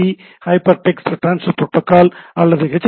B hypertext transfer protocol அல்லது H